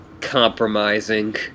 compromising